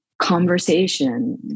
conversation